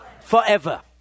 forever